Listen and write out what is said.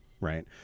right